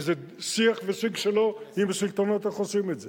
וזה שיח ושיג שלו עם השלטונות איך עושים את זה,